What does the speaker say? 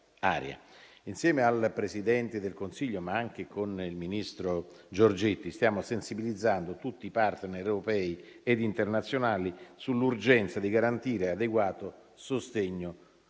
Insieme al Presidente del Consiglio, ma anche con il ministro Giorgetti, stiamo sensibilizzando tutti i *partner* europei e internazionali sull'urgenza di garantire adeguato sostegno alla